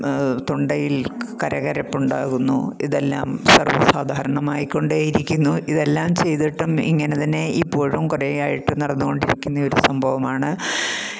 തൊണ്ടയിൽ കരകരപ്പ് ഉണ്ടാകുന്നു ഇതെല്ലാം സർവ്വസാധാരണമായിക്കൊണ്ടേ ഇരിക്കുന്നു ഇതെല്ലാം ചെയ്തിട്ടും ഇങ്ങനെ തന്നെ ഇപ്പോഴും കുറേയായിട്ട് നടന്നുകൊണ്ടിരിക്കുന്ന ഒരു സംഭവമാണ്